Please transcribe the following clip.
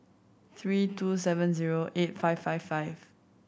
three two seven zero eight five five five